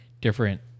different